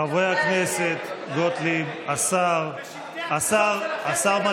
חברת הכנסת גוטליב, השר.